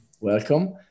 Welcome